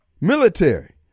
military